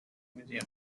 museum